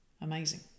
amazing